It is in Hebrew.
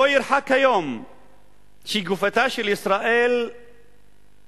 לא ירחק היום שגופתה של ישראל תקרוס,